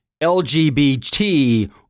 LGBT